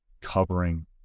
covering